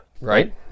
Right